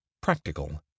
practical